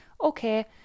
okay